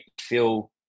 feel